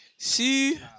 See